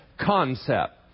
Concept